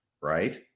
Right